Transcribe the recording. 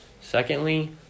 Secondly